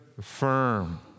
firm